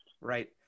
Right